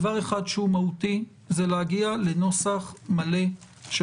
דבר אחד שהוא מהותי זה להגיע לנוסח מלא של